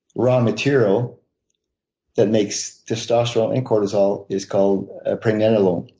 raw material that makes testosterone and cortisol is called pregnenolone.